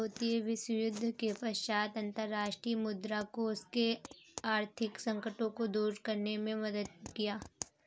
द्वितीय विश्वयुद्ध के पश्चात अंतर्राष्ट्रीय मुद्रा कोष ने आर्थिक संकटों को दूर करने में मदद किया